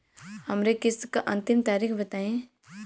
हमरे किस्त क अंतिम तारीख बताईं?